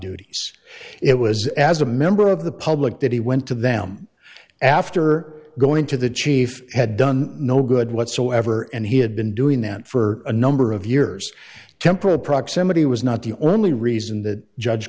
duties it was as a member of the public that he went to them after going to the chief had done no good whatsoever and he had been doing that for a number of years temporal proximity was not the only reason that judge